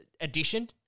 edition